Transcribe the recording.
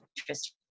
interest